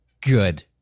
Good